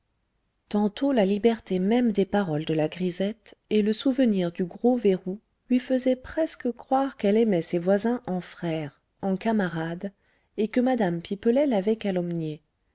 tantôt la liberté même des paroles de la grisette et le souvenir du gros verrou lui faisaient presque croire qu'elle aimait ses voisins en frères en camarades et que mme pipelet l'avait calomniée